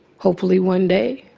hopefully one day,